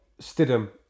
Stidham